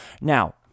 Now